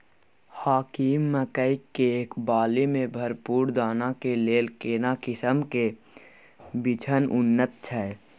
हाकीम मकई के बाली में भरपूर दाना के लेल केना किस्म के बिछन उन्नत छैय?